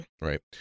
Right